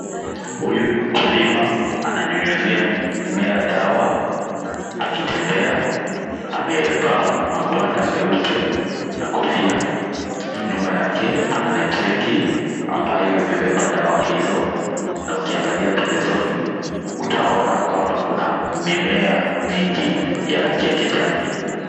Huyu ni mkuliama. Ananyunyizia mimea dawa akitembea. Amevaa magwanda nyeupe na kofia. Nyuma yake ana nepseki ambayo imebeba dawa hizo na ukiangalia pembezoni utaona kuwa kuna mimea mingi ya rangi ya kijani.